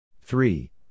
Three